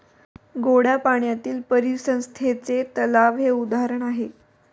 गोड्या पाण्यातील परिसंस्थेचे तलाव हे उदाहरण आहे